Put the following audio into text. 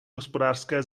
hospodářské